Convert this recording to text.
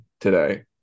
today